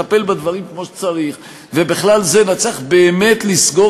להבטיח כל מיני דברים שנגעו לזכויות העובדים,